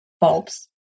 bulbs